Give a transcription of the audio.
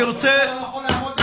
האוצר לא יוכל לעמוד בזה?